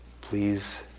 Please